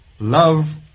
love